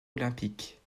olympique